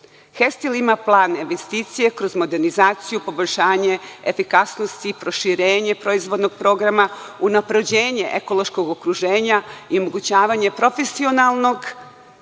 „Hestil“ ima plan investicije kroz modernizaciju, poboljšanje, efikasnost i proširenje proizvodnog programa, unapređenje ekološkog okruženja i omogućavanje profesionalnog